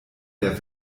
der